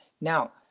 now